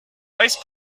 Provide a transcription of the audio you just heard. vice